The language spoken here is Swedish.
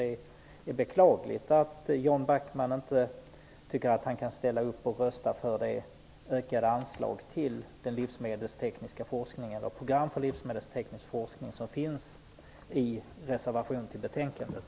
Det är beklagligt att Jan Backman inte tycker att han kan rösta för det ökade anslag till ett program för livsmedelsteknisk forskning som begärs i en reservation till betänkandet.